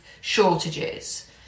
shortages